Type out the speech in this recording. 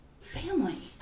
family